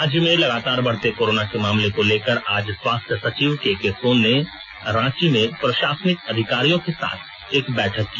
राज्य में लगातार बढ़ते कोरोना के मामले को लेकर आज स्वास्थ्य सचिव केके सोन ने आज रांची में प्रशासनिक अधिकारियों के साथ एक बैठक की